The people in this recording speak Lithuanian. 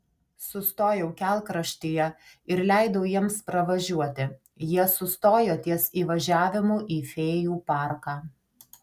sustojau kelkraštyje ir leidau jiems pravažiuoti jie sustojo ties įvažiavimu į fėjų parką